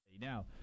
Now